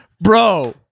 Bro